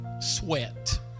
sweat